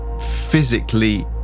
physically